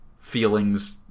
feelings